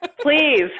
Please